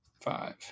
five